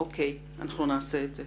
אוקיי, נעשה את זה.